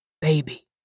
Baby